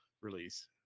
release